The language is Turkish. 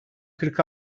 kırk